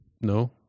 No